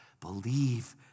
Believe